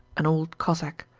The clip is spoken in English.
an old cossack.